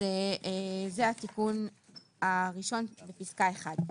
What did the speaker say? זה התיקון הראשון בפסקה (1).